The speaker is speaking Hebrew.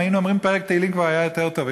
אם היינו אומרים פרק תהילים כבר היה יותר טוב.